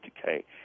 decay